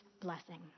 blessing